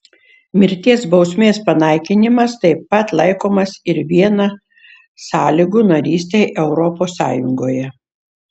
mirties bausmės panaikinimas taip pat laikomas ir viena sąlygų narystei europos sąjungoje